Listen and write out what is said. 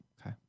Okay